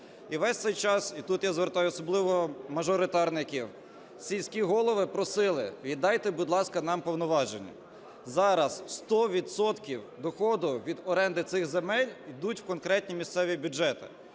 І весь цей час, і тут я звертаю особливо мажоритарників, сільські голови просили, віддайте, будь ласка, нам повноваження. Зараз 100 відсотків доходу від оренди цих земель йдуть в конкретні місцеві бюджети.